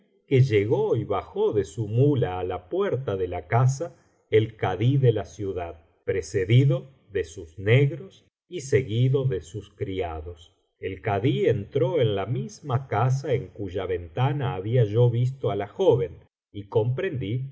que llegó y bajó de su muía á la puerta de la casa el kadí de la ciudad precedido de sus negros y seguido de sus criados el kadí entró en la misma casa en cuya ventana había yo visto á la joven y comprendí que